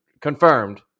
confirmed